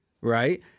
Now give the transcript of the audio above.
right